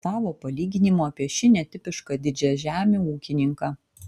savo palyginimu apie šį netipišką didžiažemį ūkininką